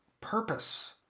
purpose